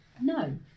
No